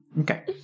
Okay